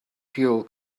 fuel